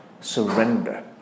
surrender